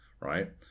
right